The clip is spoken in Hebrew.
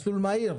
מסלול מהיר.